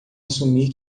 assumir